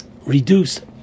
reduced